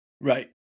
Right